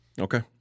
Okay